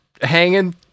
hanging